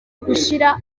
gushira